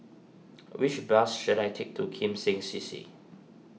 which bus should I take to Kim Seng C C